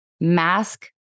mask